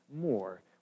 more